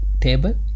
table